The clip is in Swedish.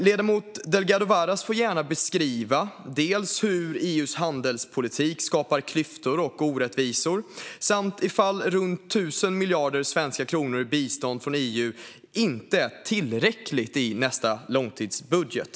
Ledamoten Delgado Varas får gärna beskriva dels hur EU:s handelspolitik skapar klyftor och orättvisor, dels ifall runt 1 000 miljarder svenska kronor i bistånd från EU inte är tillräckligt i nästa långtidsbudget.